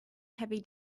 heavy